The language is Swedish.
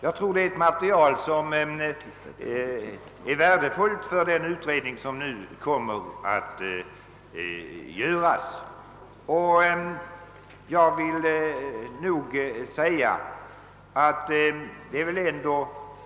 Jag tror att detta material kommer att vara värdefullt för den utredning som nu tillsättes.